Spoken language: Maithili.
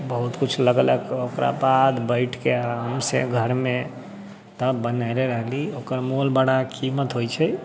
बहुत किछु लगला ओकराबाद बैठिके आरामसँ घरमे तब बनैले रहली ओकर मोल बड़ा कीमत होइ छै